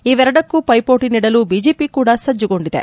ಇವೆರಡಕ್ಕೂ ಪೈಪೋಟಿ ನೀಡಲು ಬಿಜೆಪಿ ಕೂಡಾ ಸಜ್ಜುಗೊಂಡಿದೆ